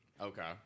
okay